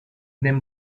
them